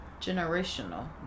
Generational